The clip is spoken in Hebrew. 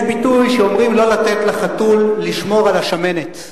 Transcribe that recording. יש הביטוי, אומרים: לא לתת לחתול לשמור על השמנת.